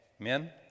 Amen